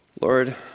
Lord